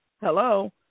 Hello